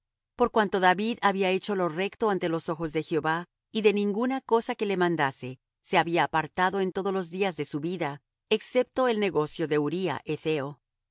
por cuanto david había hecho lo recto ante los ojos de jehová y de ninguna cosa que le mandase se había apartado en todos los días de su vida excepto el negocio de uría hetheo